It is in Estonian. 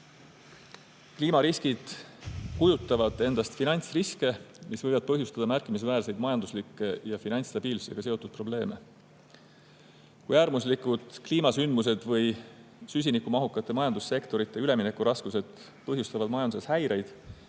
Kliimariskid kujutavad endast finantsriske, mis võivad põhjustada märkimisväärseid majanduslikke ja finantsstabiilsusega seotud probleeme. Kui äärmuslikud kliimasündmused või süsinikumahukate majandussektorite üleminekuraskused põhjustavad majanduses häireid,